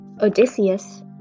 Odysseus